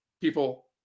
people